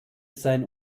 sein